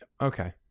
Okay